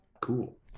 cool